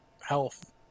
health